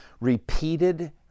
repeated